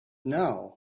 now